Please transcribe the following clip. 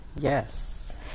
Yes